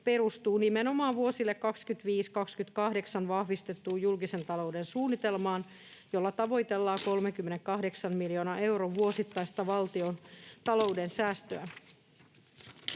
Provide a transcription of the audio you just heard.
perustuu nimenomaan vuosille 25—28 vahvistettuun julkisen talouden suunnitelmaan, jolla tavoitellaan 38 miljoonan euron vuosittaista valtiontalouden säästöä.